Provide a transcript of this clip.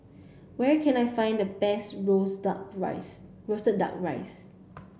where can I find the best roasted rice roasted duck rice